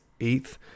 eighth